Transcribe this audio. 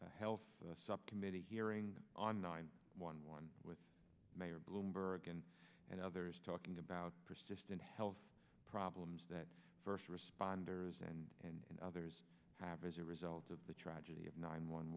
a health subcommittee hearing on nine one one with mayor bloomberg and and others talking about persistent health problems that first responders and and other i have as a result of the tragedy of nine one